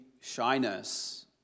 shyness